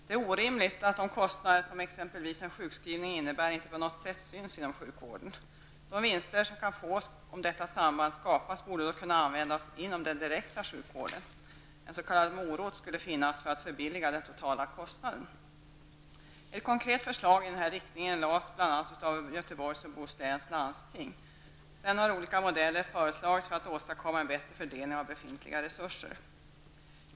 Det är orimligt att de kostnader som exempelvis en sjukskrivning innebär inte på något sätt syns inom sjukvården. De vinster som kan fås om detta samband skapas borde då kunna användas inom den direkta sjukvården. En s.k. morot skulle finnas för att sänka den totala kostnaden. Ett konkret förslag i denna riktning har lagts fram bl.a. av Göteborgs och Bohus läns landsting. Sedan har olika modeller föreslagits för att åstadkomma en bättre fördelning av befintliga resurser.